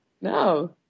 No